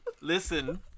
Listen